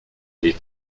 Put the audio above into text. les